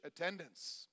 attendance